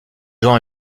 gens